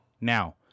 now